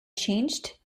changed